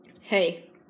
Hey